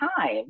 time